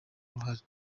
uruhare